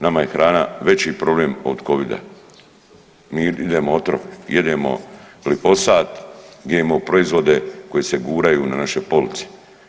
Nama je hrana veći problem od covida, mi jedemo otrov, jedemo glifosat, GMO proizvode koji se guraju na naše police.